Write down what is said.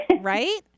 right